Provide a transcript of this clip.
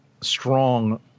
strong